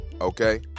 okay